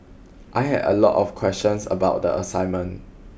I had a lot of questions about the assignment